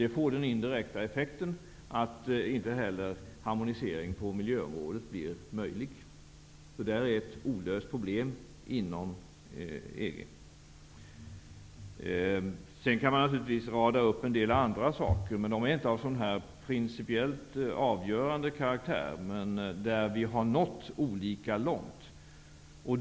Det får den indirekta effekten att inte heller harmonisering på miljöområdet blir möjlig. Det är ett olöst problem inom EG. Man kan också rada upp en del andra frågor -- även om de inte är av så principiellt avgörande karaktär -- där vi har nått olika långt.